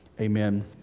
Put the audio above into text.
Amen